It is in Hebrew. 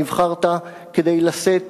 שנבחרת כדי לשאת